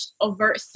overt